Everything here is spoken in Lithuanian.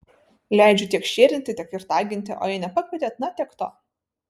leidžiu tiek šėrinti tiek ir taginti o jei nepakvietėt na tiek to